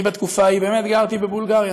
אני בתקופה ההיא באמת גרתי בבולגריה.